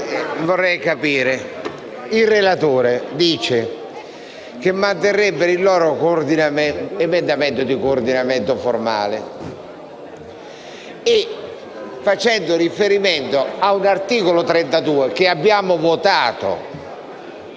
i relatori dicono che manterrebbero la loro proposta di coordinamento formale, facendo riferimento all'articolo 32 che abbiamo votato